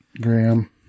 Graham